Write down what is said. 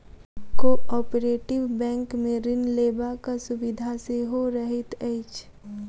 cooperative बैंकमे ऋण लेबाक सुविधा सेहो रहैत अछि